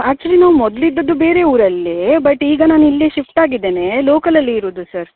actually ನಾವು ಮೊದ್ಲು ಇದ್ದಿದ್ದು ಬೇರೆ ಊರಲ್ಲಿ ಬಟ್ ಈಗ ನಾನು ಇಲ್ಲಿ ಶಿಫ್ಟ್ ಆಗಿದ್ದೇನೆ ಲೋಕಲಲ್ಲಿ ಇರೋದು ಸರ್